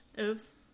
Oops